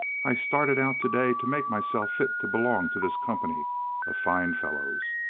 i started out today to make myself fit to belong to this company of fine fellows.